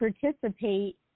participate